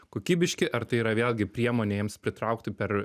kokybiški ar tai yra vėlgi priemonė jiems pritraukti per